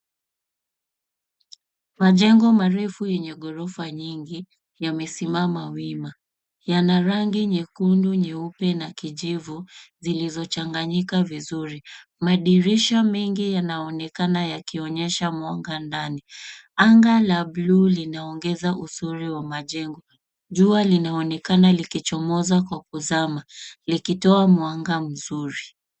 Majengo marefu yenye ghorofa nyingi, yamesimama wima. Yana rangi nyekundu , nyeupe na kijivu zilizochanganyika vizuri. Madirisha mengi yanaonekana yakionyesha mwanga ndani. Anga la buluu linaongeza uzuri wa majengo. Jua linaonekana likichomoza kwa kuzama likitoa mwanga mzuri.